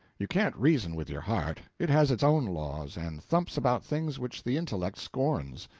you can't reason with your heart it has its own laws, and thumps about things which the intellect scorns.